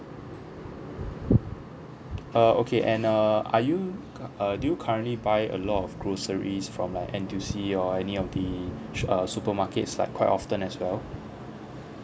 uh okay and err are you c~ uh do you currently buy a lot of groceries from like N_T_U_C or any of the su~ uh supermarkets like quite often as well